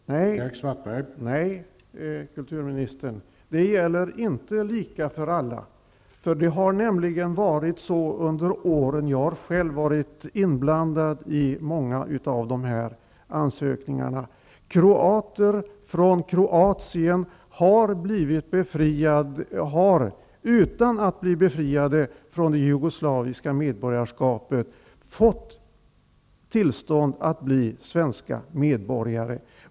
Herr talman! Nej, kulturministern, det gäller inte lika för alla. Under åren har jag själv varit inblandad i många av de här ansökningarna, och det har inte varit så. Kroater från Kroatien har, utan att ha blivit befriade från det jugoslaviska medborgarskapet, fått tillstånd att bli svenska medborgare.